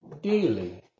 Daily